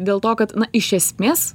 dėl to kad iš esmės